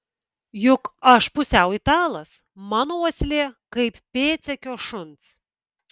juk aš pusiau italas mano uoslė kaip pėdsekio šuns